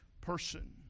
person